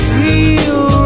real